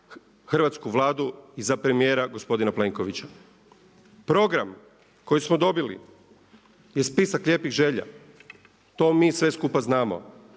Hrvatsku vladu i za premijera gospodina Plenkovića. Program koji smo dobili je spisak lijepih želja, to mi sve skupa znamo,